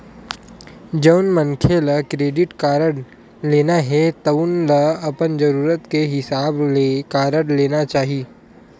जउन मनखे ल क्रेडिट कारड लेना हे तउन ल अपन जरूरत के हिसाब ले कारड लेना चाही